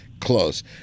close